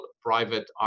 private